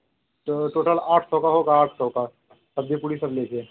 तो टोटल आठ सौ का होगा आठ सौ का सब्ज़ी पूरी सब ले कर